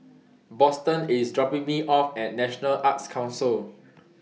Boston IS dropping Me off At National Arts Council